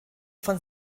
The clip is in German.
von